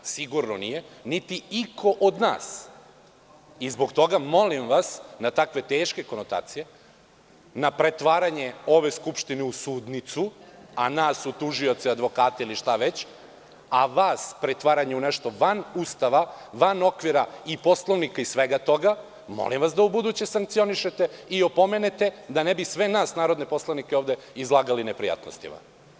Sigurno nije, niti iko od nas i zbog toga vas molim na takve teške konotacije, na pretvaranje ove Skupštine u sudnicu, a nas u tužioce, advokate ili šta već, a vas pretvaranje u nešto van Ustava, van okvira i Poslovnika i svega toga, da ubuduće sankcionišete i opomenete da ne bi sve nas narodne poslanike ovde izlagali neprijatnostima.